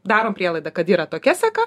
darom prielaidą kad yra tokia seka